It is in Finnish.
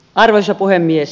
arvoisa puhemies